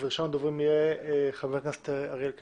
אז ראשון הדוברים יהיה חבר הכנסת אריאל קלנר.